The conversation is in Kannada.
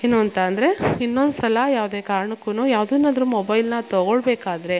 ಏನೂಂತ ಅಂದರೆ ಇನ್ನೊಂದು ಸಲ ಯಾವುದೇ ಕಾರಣಕ್ಕು ಯಾವುದನ್ನಾದ್ರು ಮೊಬೈಲನ್ನ ತಗೋಳಬೇಕಾದ್ರೆ